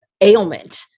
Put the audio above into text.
ailment